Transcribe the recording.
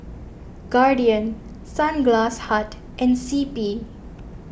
Guardian Sunglass Hut and C P